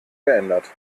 geändert